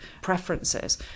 preferences